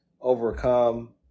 overcome